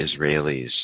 Israelis